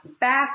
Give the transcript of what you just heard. back